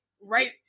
right